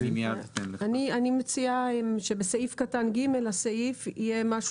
אני מציעה שבסעיף קטן (ג) הסעיף יהיה,